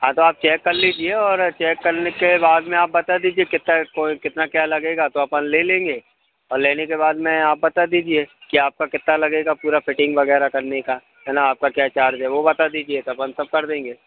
हाँ तो आप चेक कर लीजिए और चेक करने के बाद में आप बता दीजिएगा कितना कोई कितना क्या लगेगा तो अपन ले लेंगे और लेने के बाद में आप बता दीजिए कि आपका कितना लगेगा पूरा फिटिंग वगैरह करने का है ना आपका क्या चार्ज है वह बता दीजिएगा अपन सब कर देंगे